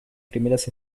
primeras